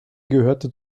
gehörte